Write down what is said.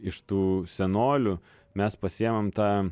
iš tų senolių mes pasiimam tą